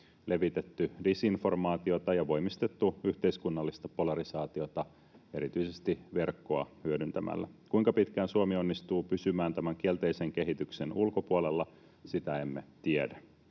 levitetty disinformaatiota ja voimistettu yhteiskunnallista polarisaatiota erityisesti verkkoa hyödyntämällä. Kuinka pitkään Suomi onnistuu pysymään tämän kielteisen kehityksen ulkopuolella? Sitä emme tiedä.